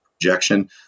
projection